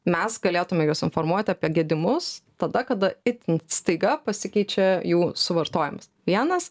mes galėtume juos informuoti apie gedimus tada kada itin staiga pasikeičia jų suvartojimas vienas